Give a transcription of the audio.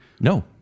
No